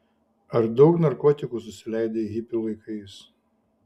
ar daug narkotikų susileidai hipių laikais